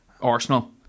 Arsenal